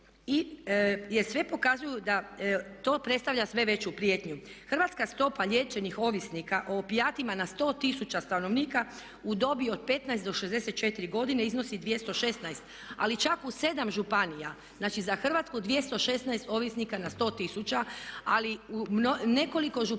jer sve pokazuju da to predstavlja sve veću prijetnju. Hrvatska stopa liječenih ovisnika o opijatima na 100 tisuća stanovnika u dobi od 15 do 64 godine iznosi 216. Ali čak u 7 županija, znači za Hrvatsku 216 ovisnika na 100 tisuća ali u nekoliko županija